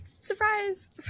Surprise